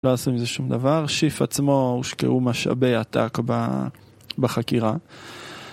לא עשו עם זה שום דבר, שיף עצמו הושקעו משאבי העתק בחקירה